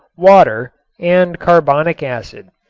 water and carbonic acid,